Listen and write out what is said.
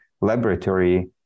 laboratory